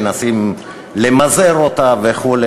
מנסים למזער אותה וכו'.